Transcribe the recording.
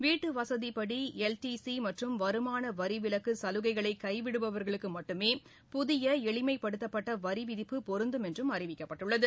வீட்டுவசதிபடி L T C மற்றும் வருமான வரி விலக்கு சலுகைகளை கைவிடுபவர்களுக்கு மட்டுமே புதிய எளிமைப்படுத்தப்பட்ட வரி விதிப்பு பொருந்தும் என்றும் அறிவிக்கப்பட்டுள்ளது